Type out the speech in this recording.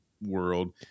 world